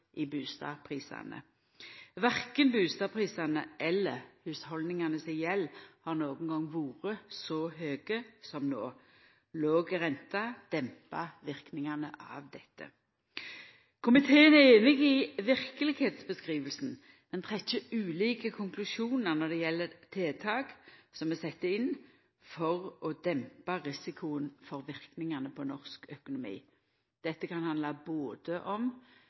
i bustadprisane. Verken bustadprisane eller hushalda si gjeld har nokon gong vore så høge som no. Låg rente dempar verknadene av dette. Komiteen er einig i verkelegheitsbeskrivinga, men trekkjer ulike konklusjonar når det gjeld tiltak som er sette inn for å dempa risikoen for verknadene på norsk økonomi. Dette kan handla både om